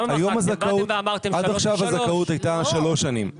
עד עכשיו הזכאות הייתה שלוש שנים,